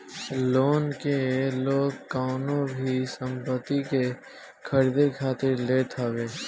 loan के लोग कवनो भी संपत्ति के खरीदे खातिर लेत हवे